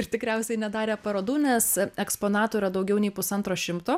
ir tikriausiai nedarė parodų nes eksponatų yra daugiau nei pusantro šimto